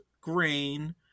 grain